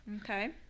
Okay